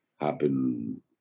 happen